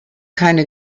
keine